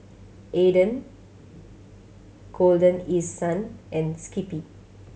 Aden Golden East Sun and Skippy